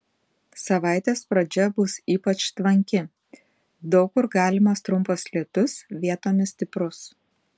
savaitės pradžia bus ypač tvanki daug kur galimas trumpas lietus vietomis stiprus